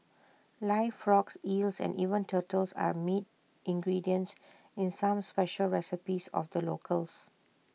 live frogs eels and even turtles are meat ingredients in some special recipes of the locals